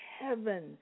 heaven